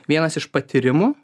vienas iš patyrimų